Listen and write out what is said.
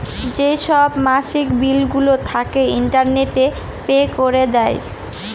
যেসব মাসিক বিলগুলো থাকে, ইন্টারনেটে পে করে দেয়